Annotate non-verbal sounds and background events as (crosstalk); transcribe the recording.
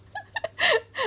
(laughs)